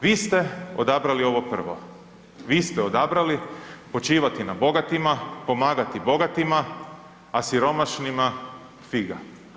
Vi ste odabrali ovo prvo, vi ste odabrali počivati na bogatima, pomagati bogatima, a siromašnima figa.